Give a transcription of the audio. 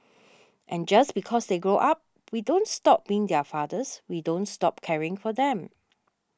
and just because they grow up we don't stop being their fathers we don't stop caring for them